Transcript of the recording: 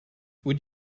would